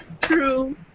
True